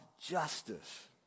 justice